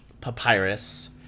papyrus